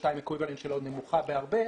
ה-CO2 היא נמוכה בהרבה,